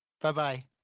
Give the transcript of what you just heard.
Bye-bye